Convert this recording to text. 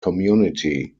community